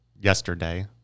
yesterday